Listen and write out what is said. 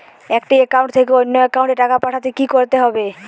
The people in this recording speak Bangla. একটি একাউন্ট থেকে অন্য একাউন্টে টাকা পাঠাতে কি করতে হবে?